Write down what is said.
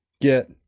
get